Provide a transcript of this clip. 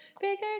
bigger